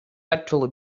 actually